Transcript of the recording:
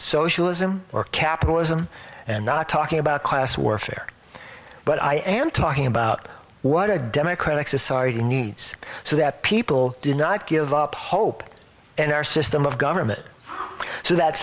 socialism or capitalism and not talking about class warfare but i am talking about what a democratic society needs so that people do not give up hope and our system of government so that